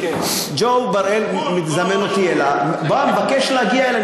ג'ו בראל מזמן אותי אליו, בא, מבקש להגיע אלי.